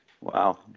Wow